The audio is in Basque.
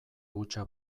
hutsa